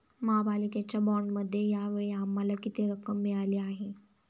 महापालिकेच्या बाँडमध्ये या वेळी आम्हाला किती रक्कम मिळाली आहे?